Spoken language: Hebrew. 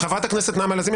חברת הכנסת נעמה לזימי,